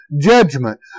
judgment